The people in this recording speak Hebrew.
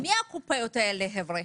מי הקופאיות האלה, חבר'ה?